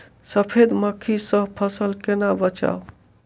सफेद मक्खी सँ फसल केना बचाऊ?